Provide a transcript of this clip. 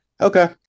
Okay